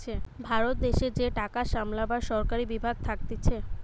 ভারত দেশের যে টাকা সামলাবার সরকারি বিভাগ থাকতিছে